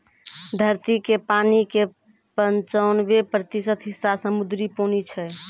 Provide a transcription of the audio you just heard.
धरती के पानी के पंचानवे प्रतिशत हिस्सा समुद्री पानी छै